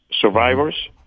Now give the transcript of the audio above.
survivors